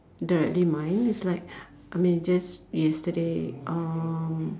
directly mine is like I mean just yesterday um